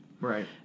Right